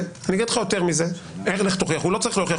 הוא לא צריך להוכיח.